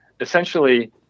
essentially